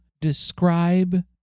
describe